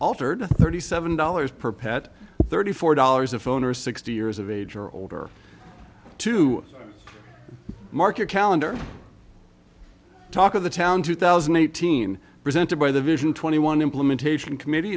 altered thirty seven dollars per pet thirty four dollars a phone or sixty years of age or older to mark your calendar talk of the town two thousand and eighteen presented by the vision twenty one implementation committee